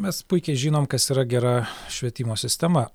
mes puikiai žinom kas yra gera švietimo sistema